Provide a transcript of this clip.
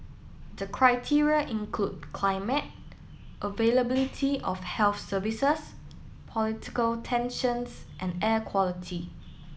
the criteria include climate availability of health services political tensions and air quality